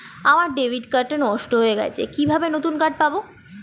আমার debit card টা নষ্ট হয়ে গেছে কিভাবে নতুন কার্ড পাব?